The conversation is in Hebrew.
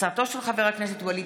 תודה.